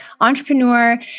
entrepreneur